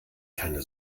keine